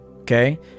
Okay